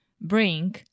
bring